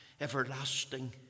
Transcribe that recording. everlasting